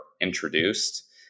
introduced